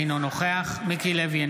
אינו נוכח מיקי לוי,